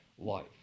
life